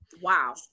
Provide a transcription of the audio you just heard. Wow